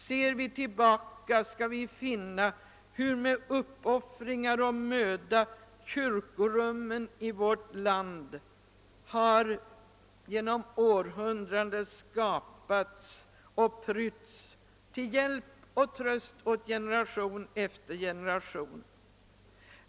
Ser vi tillbaka, skall vi finna hurusom med uppoffringar och möda kyrkorummen i vårt land har genom århundraden skapats och prytts till hjälp och tröst åt generation efter generation.